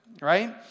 right